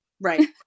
Right